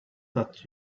that